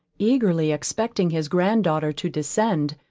eagerly expecting his grand-daughter to descend,